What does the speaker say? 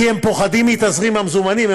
כי הם פוחדים מתזרים המזומנים.